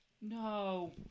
No